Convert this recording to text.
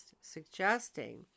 suggesting